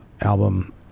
album